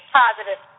positive